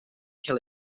kill